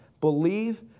Believe